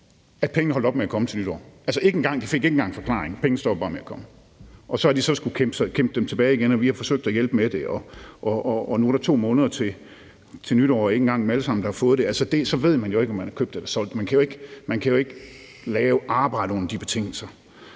at pengene holdt op med at komme til nytår. Altså, de fik ikke engang en forklaring. Pengene stoppede bare med at komme, og så har de så skullet kæmpe dem tilbage igen, og vi har forsøgt at hjælpe med det, og nu er der 2 måneder til nytår, og det er ikke engang dem alle sammen, der har fået det. Altså, så ved man jo ikke, om man er købt eller solgt. Man kan jo ikke arbejde under de betingelser.